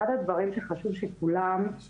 אחת הבעיות הותיקות שהרשויות והמגזר